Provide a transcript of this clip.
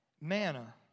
manna